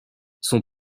son